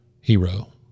hero